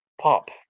pop